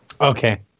okay